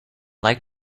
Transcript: like